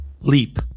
leap